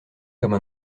comme